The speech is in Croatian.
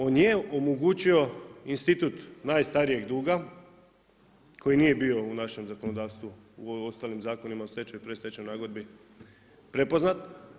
On je omogućio institut najstarijeg duga, koji nije bio u našem zakonodavstvu u ostalim zakonima u stečajnom i predstečajnim nagodbi prepoznat.